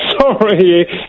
Sorry